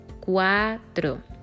Cuatro